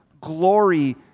glory